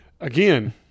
again